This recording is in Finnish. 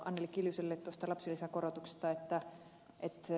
anneli kiljuselle tuosta lapsilisäkorotuksesta